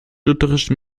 lutherischen